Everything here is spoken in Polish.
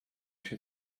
się